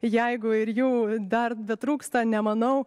jeigu ir jau dar betrūksta nemanau